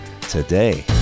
today